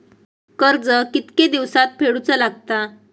कर्ज कितके दिवसात फेडूचा लागता?